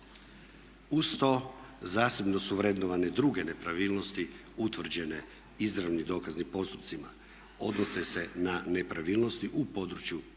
Uz to zasebno su vrednovane druge nepravilnosti utvrđene izravnim dokaznim postupcima, a odnose se na nepravilnosti u području blagajničkog